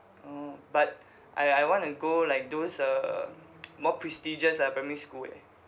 orh but I I wanna go like those uh more prestigious uh primary school eh